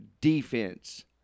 defense